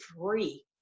free